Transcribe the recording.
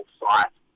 site